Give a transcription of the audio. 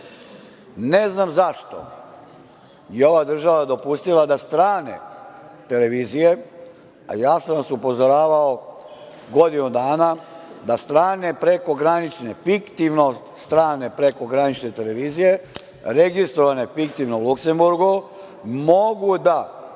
Ne znam zašto je ova država dopustila da strane televizije, a ja sam vas upozoravao godinu dana, da strane prekogranične, fiktivno strane prekogranične televizije, registrovane fiktivno u Luksemburgu, mogu da